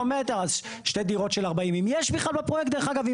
אז שתי דירות של 40. אם יש בכלל בפרויקט, דרך אגב.